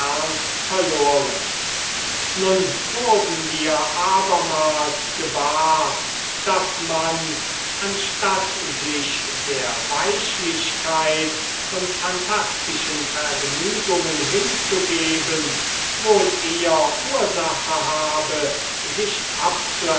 verloren nun wurden wir abermals gewahr daß man anstatt sich der weichlichkeit und phantastischen vergnügungen hinzugeben wohl eher ursache habe sich